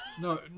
No